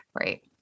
Right